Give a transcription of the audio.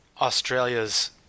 Australia's